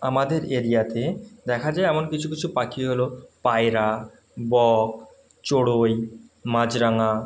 আমাদের এরিয়াতে দেখা যায় এমন কিছু কিছু পাখি হল পায়রা বক চড়ুই মাছরাঙা